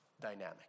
dynamic